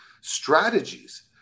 strategies